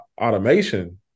automation